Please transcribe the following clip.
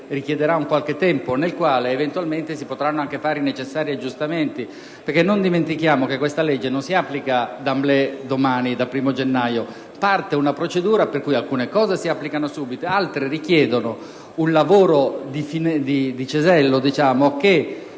richiederà un qualche tempo, durante il quale evidentemente si potranno anche fare i necessari aggiustamenti. Non dimentichiamo infatti che questa legge non si applica *d'emblée*, domani, dal 1° gennaio. Parte una procedura per cui alcune cose si applicano subito, altre richiedono un lavoro di cesello che